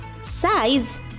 size